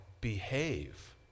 behave